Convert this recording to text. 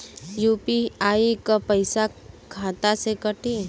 UPI क पैसा खाता से कटी?